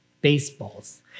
baseballs